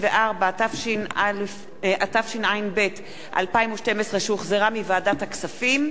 194), התשע"ב 2012, שהחזירה ועדת הכספים,